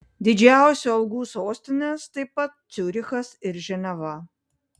didžiausių algų sostinės taip pat ciurichas ir ženeva